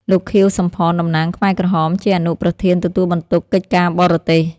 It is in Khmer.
លោក ខៀវ សំផន តំណាងខ្មែរក្រហម ជាអនុប្រធានទទួលបន្ទុកកិច្ចការបរទេស។